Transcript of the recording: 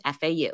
FAU